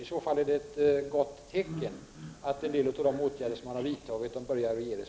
I så fall är det ett gott tecken, som innebär att de åtgärder som vidtagits börjar ge resultat.